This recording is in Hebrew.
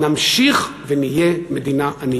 נמשיך ונהיה מדינה ענייה.